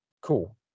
cool